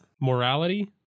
morality